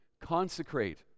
Consecrate